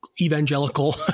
evangelical